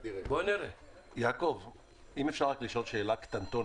אם אפשר לשאול שאלה קטנה.